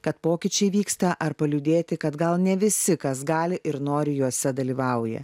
kad pokyčiai vyksta ar paliūdėti kad gal ne visi kas gali ir nori juose dalyvauja